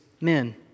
men